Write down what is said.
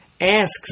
asks